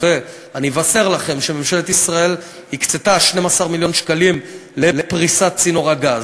ואני אבשר לכם שממשלת ישראל הקצתה 12 מיליון שקלים לפריסת צינור הגז.